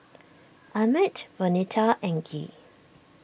Emett Vonetta and Gee